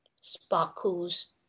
sparkles